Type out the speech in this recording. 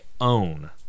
own